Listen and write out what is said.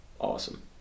awesome